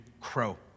Crow